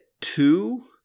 two